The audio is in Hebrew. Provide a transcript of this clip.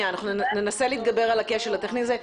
ננסה להתגבר על הכשל הטכני הזה.